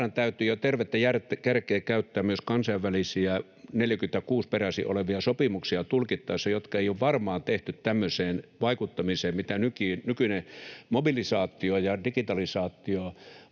täytyy jo tervettä järkeä käyttää myös kansainvälisiä vuodelta 46 peräisin olevia sopimuksia tulkittaessa, että ymmärtää, että niitä ei varmaan ole tehty tämmöiseen vaikuttamiseen, mitä nykyinen mobilisaatio ja digitalisaatio